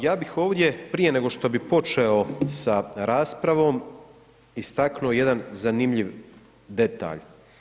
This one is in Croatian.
Ja bih ovdje prije nego što bih počeo sa raspravom istaknuo jedan zanimljiv detalj.